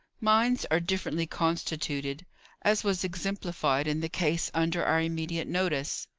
minds are differently constituted as was exemplified in the case under our immediate notice.